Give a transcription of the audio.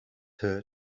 her